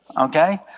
Okay